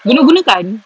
guna gunakan